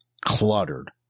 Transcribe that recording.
cluttered